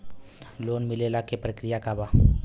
Loan मिलेला के प्रक्रिया का बा?